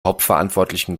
hauptverantwortlichen